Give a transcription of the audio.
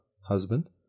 husband